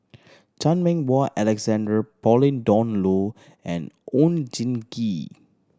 Chan Meng Wah Alexander Pauline Dawn Loh and Oon Jin Gee